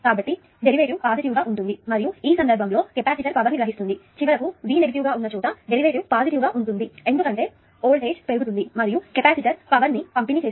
కాబట్టి derivative positive గా ఉంటుంది మరియు ఈ సందర్భంలో మళ్ళీ కెపాసిటర్ పవర్ ని గ్రహిస్తుంది చివరకు V నెగిటివ్ గా ఉన్న చోట డెరివేటివ్ పాజిటివ్ గా ఉంటుంది ఎందుకంటే వోల్టేజ్ పెరుగుతుంది మరియు కెపాసిటర్ పవర్ ని పంపిణీ చేస్తుంది